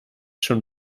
schon